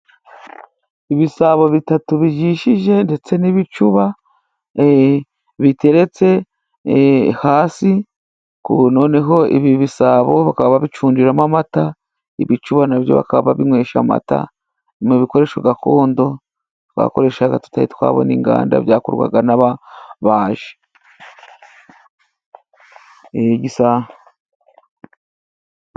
Ibisabo bitatu bijishije ndetse n'ibicuba biteretse hasi noneho ibi bisabo bakaba babicundiramo amata. Ibicuba na byo bakaba babinywesha amata. Ni ibikoresho gakondo twakoreshaga tutari twabona inganda, byakorwaga n'ababaji.